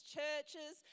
churches